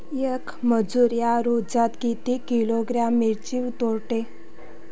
येक मजूर या रोजात किती किलोग्रॅम मिरची तोडते?